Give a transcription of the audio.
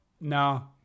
no